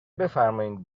بفرمائید